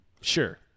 Sure